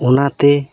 ᱚᱱᱟᱛᱮ